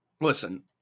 Listen